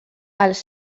els